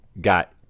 got